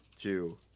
two